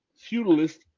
feudalist